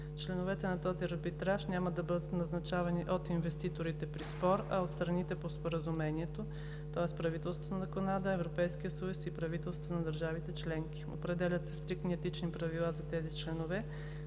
Членовете на този арбитраж няма да бъдат назначавани от инвеститорите при спор, а от страните по Споразумението, тоест правителството на Канада, Европейския съюз и правителствата на държавите членки. Определят се стриктни етични правила за тези членове,